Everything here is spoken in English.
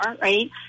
right